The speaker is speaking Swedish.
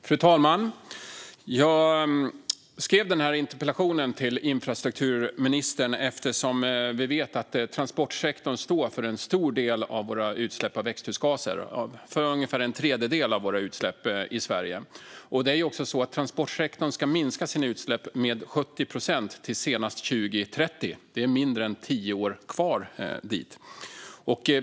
Fru talman! Jag skrev interpellationen till infrastrukturministern eftersom vi vet att transportsektorn står för en stor del av våra utsläpp av växthusgaser - ungefär en tredjedel av våra utsläpp i Sverige. Transportsektorn ska minska sina utsläpp med 70 procent till senast 2030, och det är mindre än tio år kvar dit.